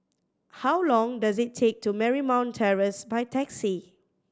how long does it take to Marymount Terrace by taxi